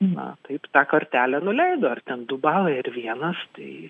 na taip tą kartelę nuleido ar ten du balai ar vienas tai